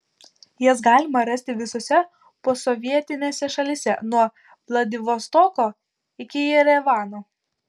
jas galima rasti visose posovietinėse šalyse nuo vladivostoko iki jerevano